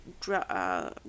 draw